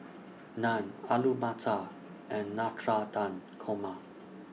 Naan Alu Matar and Korma